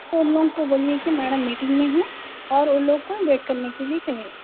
اُن لوگوں کو بولئے کہ میڈم میٹنگ میں ہیں اور اُن لوگ کو ویٹ کرنے کے لئے کہیں